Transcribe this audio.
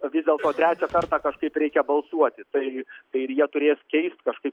vis dėlto trečią kartą kažkaip reikia balsuoti tai tai ir jie turės keist kažkaip